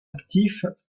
actifs